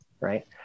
right